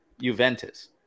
Juventus